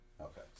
Okay